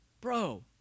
bro